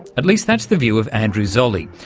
at least that's the view of andrew zolli,